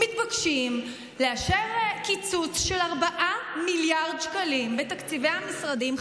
מתבקשים לאשר קיצוץ של 4 מיליארד שקלים בתקציב המשרדים,